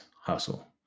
hustle